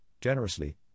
generously